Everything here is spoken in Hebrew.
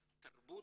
תרבות.